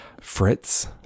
Fritz